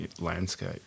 landscape